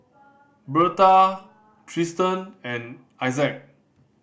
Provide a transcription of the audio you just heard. Berta Tristen and Issac